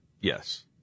Yes